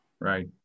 Right